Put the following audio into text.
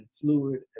fluid